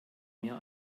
mir